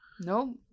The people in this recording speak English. No